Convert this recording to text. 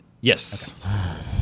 Yes